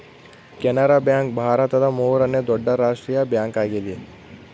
Canara bank ಭಾರತದ ಮೂರನೇ ದೊಡ್ಡ ರಾಷ್ಟ್ರೀಯ ಬ್ಯಾಂಕ್ ಆಗಿದೆ